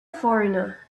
foreigner